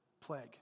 plague